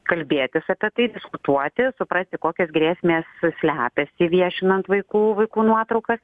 kalbėtis apie tai diskutuoti suprasti kokios grėsmės slepiasi viešinant vaikų vaikų nuotraukas